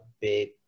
big